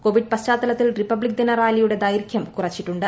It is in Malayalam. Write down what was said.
കോവിഡ് പശ്ചാത്തലത്തിൽ റിപ്പബ്ലിക് ദിന റാലിയുടെ ദൈർഘ്യം കുറച്ചിട്ടുണ്ട്